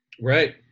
Right